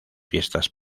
fiestas